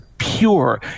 pure